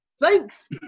Thanks